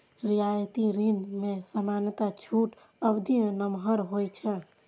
रियायती ऋण मे सामान्यतः छूट अवधि नमहर होइ छै